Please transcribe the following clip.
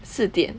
四点